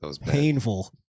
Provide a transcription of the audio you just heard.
Painful